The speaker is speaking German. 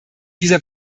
dieser